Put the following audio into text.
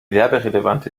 werberelevante